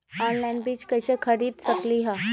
Online बीज कईसे खरीद सकली ह?